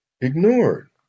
ignored